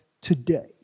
today